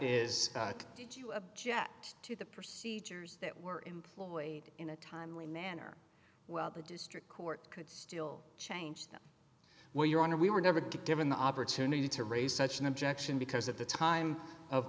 you object to the procedures that were employed in a timely manner well the district court could still change them well your honor we were never given the opportunity to raise such an objection because at the time of